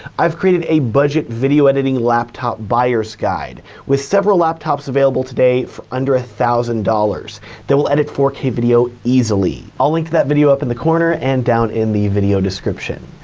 i've created a budget video editing laptop buyer's guide with several laptops available today for under one ah thousand dollars that will edit four k video easily. i'll link to that video up in the corner and down in the video description.